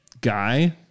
guy